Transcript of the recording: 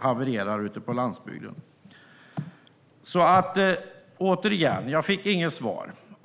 havererar ute på landsbygden. Återigen: Jag fick inget svar.